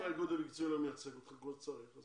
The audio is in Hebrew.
אם האיגוד המקצועי לא מייצג אתכם כמו שצריך,